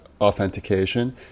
authentication